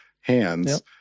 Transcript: hands